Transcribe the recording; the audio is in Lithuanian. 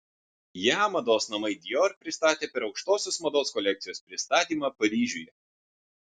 ją mados namai dior pristatė per aukštosios mados kolekcijos pristatymą paryžiuje